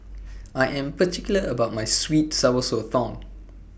I Am particular about My Sweet and Sour Sotong